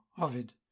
Ovid